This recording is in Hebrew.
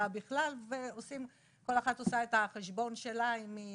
בכלל וכל אחת עושה את החשבון שלה אם היא